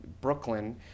Brooklyn